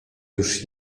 już